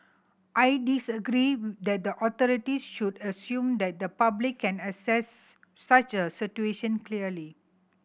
I disagree that the authorities should assume that the public can assess such a situation clearly